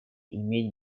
иметь